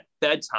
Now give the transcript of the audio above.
bedtime